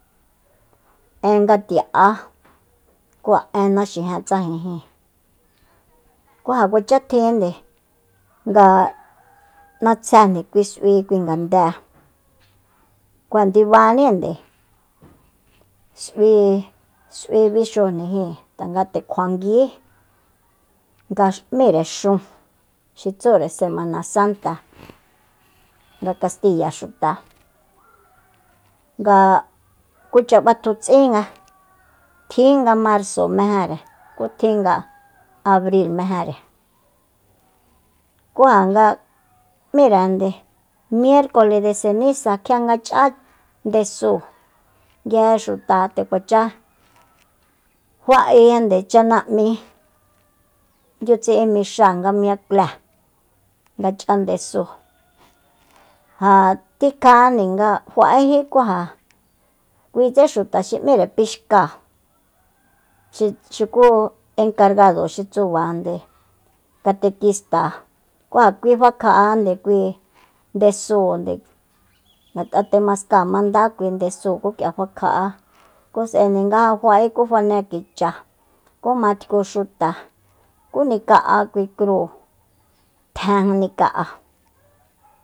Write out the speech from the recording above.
En ngati'á en naxijen tsajenjin ku ja kuacha tjinde nga n'atsjéjni kui s'ui kui ngandée ku ja ndibaninde s'ui- s'ui bixúujni jin tanga nde kjua nguí nga m'íre xun xi tsure semanasanta nga kastiya xuta nga kucha batjutsinga tjin nga marso mejenre nga abri mejenre ku ja nga m'írende miercole de senisa kjia nga ch'á ndesúu nguije xuta nde kuacha fa'e chana'mi ndiutsi'in mixáa nga miuclée nga ch'a ndesu ja tikjande nga fa'ejí ku ja kuitse xuta xi m'íre pixcáa xi xuku enkargado xi tsubande katekista ku ja kui fakja'ajande kui ndesúunde ngat'a temaskáa mandá kui ndesúu ku k'ia fakja'a ku s'ae nga ja fa'e ku fane kicha ku matku xuta ku nika'a kui crúu tjen nika'a